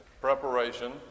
preparation